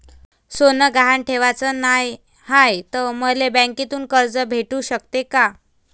सोनं गहान ठेवाच नाही हाय, त मले बँकेतून कर्ज भेटू शकते का?